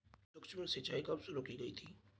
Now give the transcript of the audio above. सूक्ष्म सिंचाई कब शुरू की गई थी?